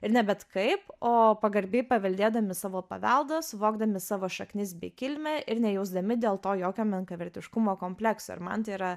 ir ne bet kaip o pagarbiai paveldėdami savo paveldą suvokdami savo šaknis bei kilmę ir nejausdami dėl to jokio menkavertiškumo komplekso ir man tai yra